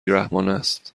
رحمانست